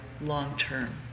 long-term